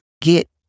get